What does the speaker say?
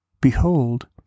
Behold